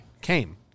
came